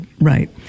Right